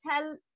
tell